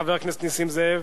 חבר הכנסת נסים זאב,